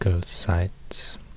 sites